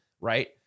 Right